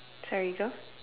there we go